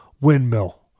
windmill